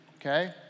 okay